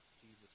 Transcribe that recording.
Jesus